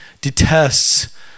detests